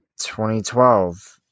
2012